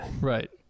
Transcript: right